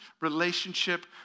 relationship